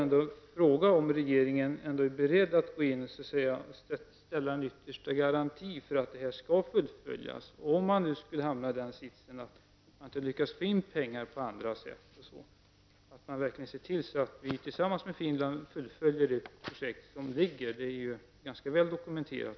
Är regeringen ändå beredd att gå in och ställa en yttersta garanti för att detta projekt skall fullföljas om man skulle hamna i sitsen att man inte lyckas få in pengar på andra sätt och verkligen se till att man tillsammans med Finland fullföljer projektet? Enligt vad jag har sett är det väl dokumenterat.